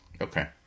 Okay